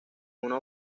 una